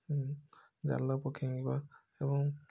ଉଁ ଜାଲ ପକେଇବା ଏବଂ